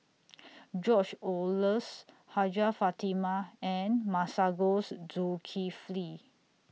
George Oehlers Hajjah Fatimah and Masagos Zulkifli